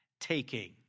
taking